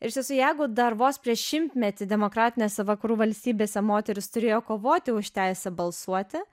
iš tiesų jeigu dar vos prieš šimtmetį demokratinėse vakarų valstybėse moterys turėjo kovoti už teisę balsuoti